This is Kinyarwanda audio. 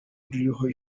ruriho